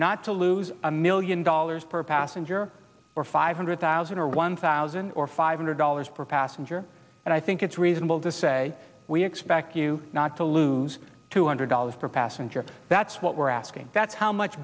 not to lose a million dollars per passenger or five hundred thousand or one thousand or five hundred dollars per passenger and i think it's reasonable to say we expect you not to lose two hundred dollars per passenger that's what we're asking that's how much